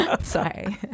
sorry